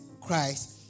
Christ